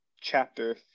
chapter